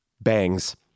Bangs